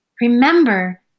remember